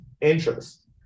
interest